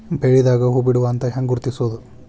ಬೆಳಿದಾಗ ಹೂ ಬಿಡುವ ಹಂತ ಹ್ಯಾಂಗ್ ಗುರುತಿಸೋದು?